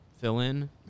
fill-in